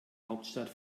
hauptstadt